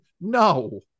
No